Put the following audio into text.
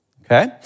okay